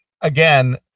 again